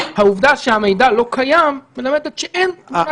העובדה שהמידע לא קיים מלמדת שאין תמונת